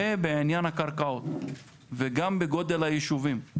בעניין הקרקעות וגם בגודל הישובים,